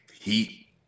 heat